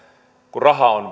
kun rahaa on